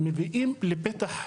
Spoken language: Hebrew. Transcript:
מביאים לפתח,